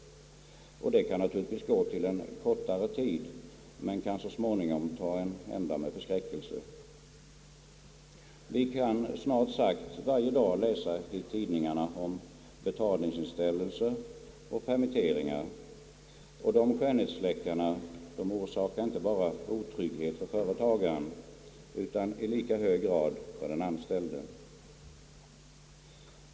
Det kan naturligtvis gå en kortare tid, men kan så småningom ta en ända med förskräckelse. Vi kan snart sagt varje dag läsa i tidningarna om betalningsinställelser och permitteringar, och dessa skönhetsfläckar orsakar inte bara otrygghet för företagaren utan i lika hög grad för den anställde.